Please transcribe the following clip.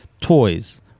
toys